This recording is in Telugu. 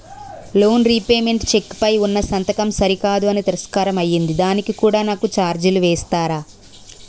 లోన్ రీపేమెంట్ చెక్ పై ఉన్నా సంతకం సరికాదు అని తిరస్కారం అయ్యింది దానికి కూడా నాకు ఛార్జీలు వేస్తారా?